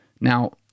Now